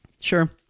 Sure